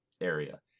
area